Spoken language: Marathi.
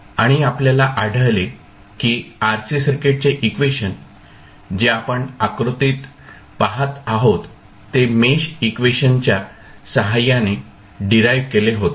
आणि आपल्याला आढळले की RC सर्किटचे इक्वेशन जे आपण आकृतीत पाहत आहोत ते मेश इक्वेशनच्या सहाय्याने डिराईव्ह केले होते